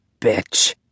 bitch